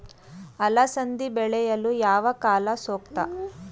ಅಲಸಂದಿ ಬೆಳೆಯಲು ಯಾವ ಕಾಲ ಸೂಕ್ತ?